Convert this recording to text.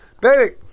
Baby